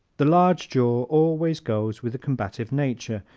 the large jaw always goes with a combative nature,